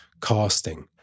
casting